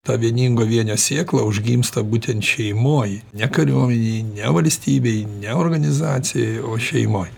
ta vieningo vienio sėkla užgimsta būtent šeimoj ne kariuomenėj ne valstybėj ne organizacijoj o šeimoj